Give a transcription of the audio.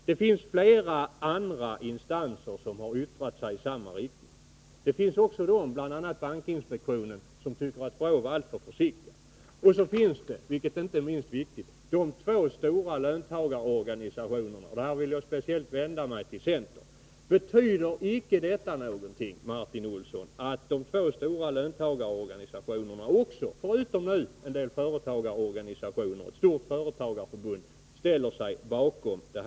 Det finns flera andra instanser som har yttrat sig i samma riktning. Det finns också de, bl.a. bankinspektionen, som tycker att BRÅ har varit alltför försiktigt. Vidare finns bland dem som är positiva, vilket inte är minst viktigt, de två stora löntagarorganisationerna. Jag vill här särskilt vända mig till centern och fråga: Betyder det inte något, Martin Olsson, att de två stora löntagarorganisationerna, förutom en del företagarorganisationer och ett stort företagarförbund, ställer sig bakom förslaget?